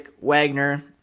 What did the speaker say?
Wagner